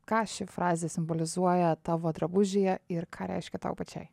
ką ši frazė simbolizuoja tavo drabužyje ir ką reiškia tau pačiai